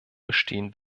bestehen